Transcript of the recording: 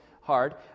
hard